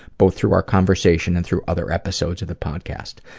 both through our conversation and through other episodes of the podcast.